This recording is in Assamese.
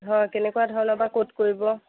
হয় কেনেকুৱা ধৰণৰ বা ক'ত কৰিব